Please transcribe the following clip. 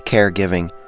care giving,